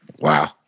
wow